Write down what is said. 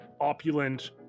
opulent